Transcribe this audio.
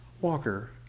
walker